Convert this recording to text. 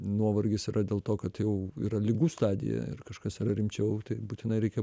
nuovargis yra dėl to kad jau yra ligų stadija ir kažkas rimčiau tai būtinai reikia